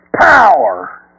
POWER